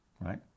right